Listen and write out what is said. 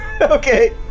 Okay